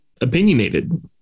opinionated